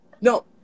no